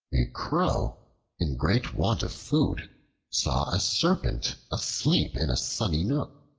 a crow in great want of food saw a serpent asleep in a sunny nook,